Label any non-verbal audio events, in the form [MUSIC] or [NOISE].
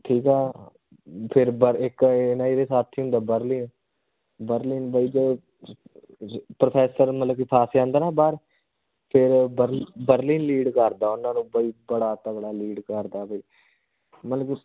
ਠੀਕ ਆ ਫਿਰ ਬਰ ਇੱਕ ਐਂ ਆ ਨਾ ਇਹਦੇ ਸਾਥੀ ਹੁੰਦਾ ਬਰਲਿਨ ਬਰਲਿਨ ਬਈ ਜੋ [UNINTELLIGIBLE] ਪ੍ਰਫੈਸਰ ਮਤਲਬ ਕਿ ਫਸ ਜਾਂਦਾ ਨਾ ਬਾਹਰ ਫਿਰ ਬਰ ਬਰਲਿਨ ਲੀਡ ਕਰਦਾ ਉਹਨਾਂ ਨੂੰ ਬਈ ਬੜਾ ਤਗੜਾ ਲੀਡ ਕਰਦਾ ਬਈ ਮਤਲਬ ਕਿ